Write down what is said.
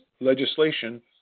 legislation